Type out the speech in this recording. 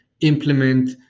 implement